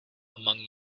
among